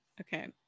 Okay